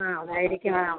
ആ അതായിരിക്കും ആ